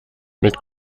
mit